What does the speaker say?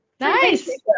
Nice